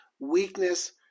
weakness